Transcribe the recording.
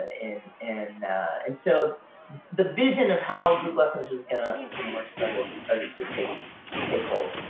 and and and and so the vision of how group lessons was gonna gonna work started started to take take hold.